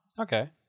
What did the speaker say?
Okay